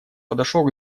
подошел